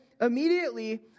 immediately